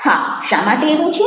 હા શા માટે એવું છે